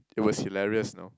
it was hilarious no